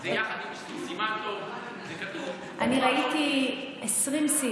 אז אני אומר לך שיש התייחסות להגדלת,